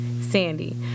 Sandy